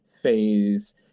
phase